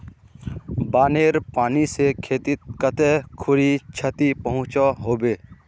बानेर पानी से खेतीत कते खुरी क्षति पहुँचो होबे?